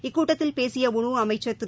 இக்கூட்டத்தில் பேசிய உணவு அமைச்சர் திரு